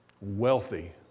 wealthy